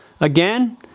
Again